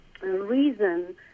reason